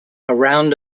around